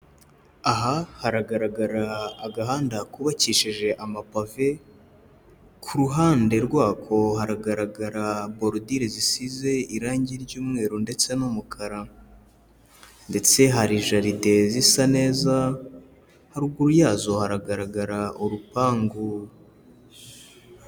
Aha haragaragara agahanda kubakishije amapave, ku ruhande rwako haragaragara borodire zisize irangi ry'umweru ndetse n'umukara, ndetse hari jalide zisa neza, haruguru yazo haragaragara urupangu.